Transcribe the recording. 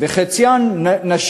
ואת חציים נשקיע,